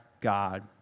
God